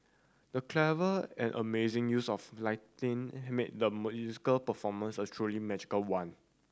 the clever and amazing use of lighting made the performance a truly magical one